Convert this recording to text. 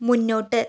മുന്നോട്ട്